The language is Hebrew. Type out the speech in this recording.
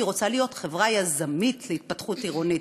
והיא רוצה להיות חברה יזמית להתפתחות עירונית,